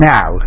Now